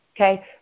Okay